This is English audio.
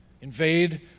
Invade